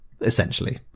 essentially